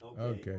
Okay